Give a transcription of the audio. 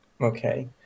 Okay